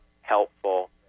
helpful